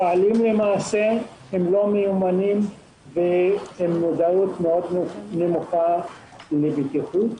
הפועלים לא מיומנים ועם מודעות נמוכה מאוד לבטיחות,